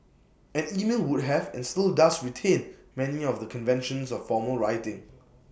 and email would have and still does retain many of the conventions of formal writing